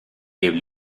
gave